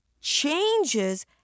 changes